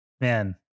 man